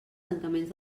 tancaments